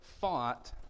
fought